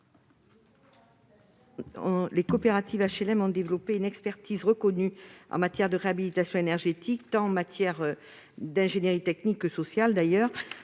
Les coopératives d'HLM ont développé une expertise reconnue en matière de réhabilitation énergétique, tant dans le domaine de l'ingénierie technique que dans celui